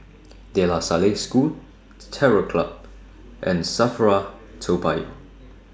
De La Salle School Terror Club and SAFRA Toa Payoh